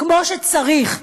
כמו שצריך.